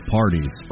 parties